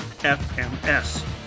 FMS